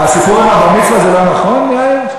הסיפור על הבר-מצווה, זה לא נכון, יאיר?